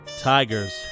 Tigers